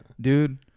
Dude